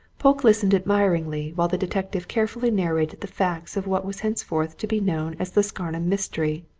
polke listened admiringly while the detective carefully narrated the facts of what was henceforth to be known as the scarnham mystery.